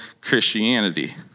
Christianity